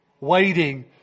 waiting